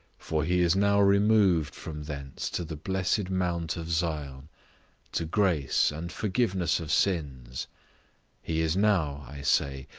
for he is now removed from thence to the blessed mountain of zion to grace and forgiveness of sins he is now, i say,